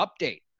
update